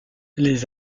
les